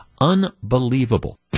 Unbelievable